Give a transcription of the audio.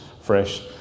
fresh